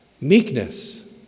Meekness